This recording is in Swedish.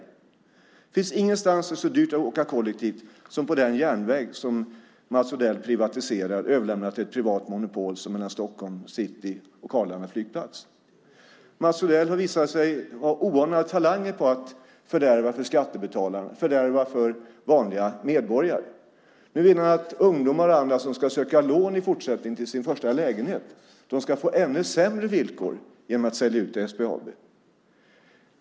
Det finns ingenstans där det är så dyrt att åka kollektivt som på den järnväg mellan Stockholms city och Arlanda flygplats som Mats Odell privatiserade och överlämnade till ett privat monopol. Mats Odell har visat sig ha oanade talanger när det gäller att fördärva för skattebetalarna, fördärva för vanliga medborgare. Nu vill han att ungdomar och andra som ska söka lån till sin första lägenhet i fortsättningen ska få ännu sämre villkor genom att man säljer ut SBAB.